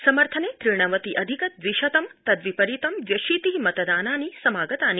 समर्थने त्रि णवति अधिक द्रिशतं तद्रिपरीतं द्वयशीति मतदानानि समागतानि